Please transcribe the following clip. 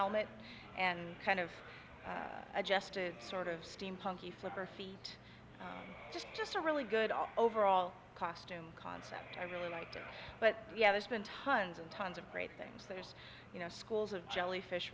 helmet and kind of adjusted sort of steampunk the flipper feet just just a really good off overall costume concept i really like but yeah there's been tons and tons of great things there's you know schools of jellyfish